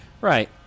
right